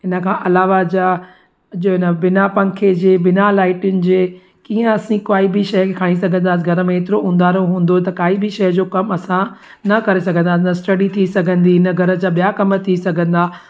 इन खां अलावा जा जो इन बिना पंखे जे बिना लाइटियुनि जे कीअं असीं काई बि शइ खे खणी सघंदासीं घर में एतिरो ऊंदारो हूंदो त काई बि शइ जो कमु असां न करे सघंदासि स्टडी थी सघंदी न घर जा ॿिया कमु थी सघंदा